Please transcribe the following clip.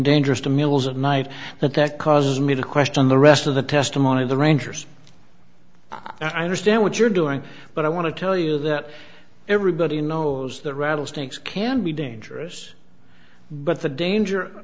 dangerous to mills at night but that causes me to question the rest of the testimony of the rangers i understand what you're doing but i want to tell you that everybody knows that rattlesnakes can be dangerous but the danger